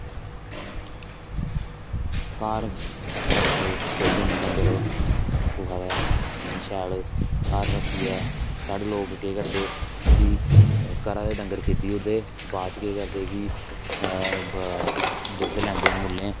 घार रक्खो खुल्लो नेई डंगर कुसै दे इन्ने शैल घार रक्खियै साढ़े लोग केह् करदे कि घरा दे डंगर खिद्धी ओड़दे बाद च केह् करदे कि दुद्ध लैंदे मुल्लें